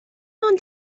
ond